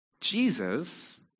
Jesus